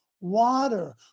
water